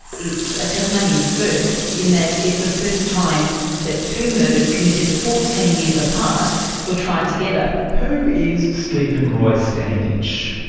it's a tasmanian first in that it's the first time that two murders committed fourteen years apart were tried together. who is stephen roy standage?